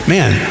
Man